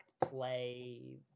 play